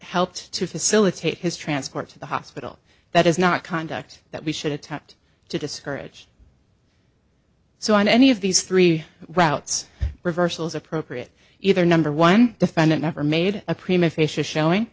helped to facilitate his transport to the hospital that is not conduct that we should attempt to discourage so on any of these three routes reversals appropriate either number one defendant never made a prima facia showing